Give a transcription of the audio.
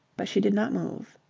but she did not move.